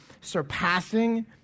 surpassing